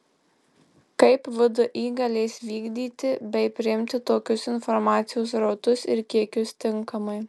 kaip vdi galės vykdyti bei priimti tokius informacijos srautus ir kiekius tinkamai